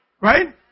Right